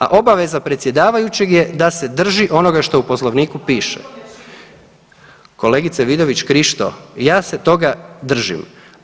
A obaveza predsjedavajućeg je da se drži onoga što u Poslovniku piše … [[Upadica: Ne razumije se.]] kolegice Vidović Krišto ja se toga držim.